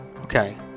Okay